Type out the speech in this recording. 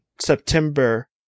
September